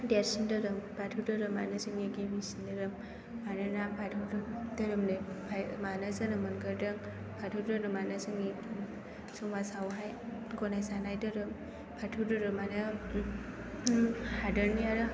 देरसिन धोरोम बाथौ धोरोमआनो जोंनि गिबिसिन धोरोम मानोना बाथौ धोरोमनिफ्राय माने जोनोम मोनग्रोदों बाथौ धोरोमआनो जोंनि समाजावहाय गनायजानाय धोरोम बाथौ धोरोमआनो हादरनि आरो